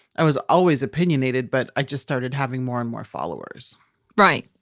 i was always opinionated, but i just started having more and more followers right.